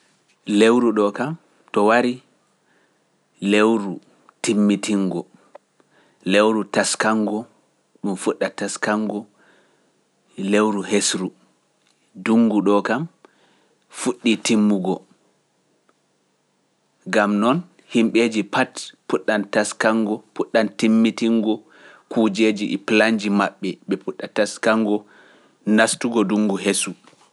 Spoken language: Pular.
Lewru ɗo kam to wari, lewru timmitingo, lewru taskango ɗum fuɗɗa taskango, lewru hesru, dunngu ɗo kam fuɗɗi timmugo, gam noon himɓeeji pati puɗɗan taskango puɗɗan timmitingo kuujeji e planji maɓɓe ɓe puɗɗa taskango naastugo dunngu hesu.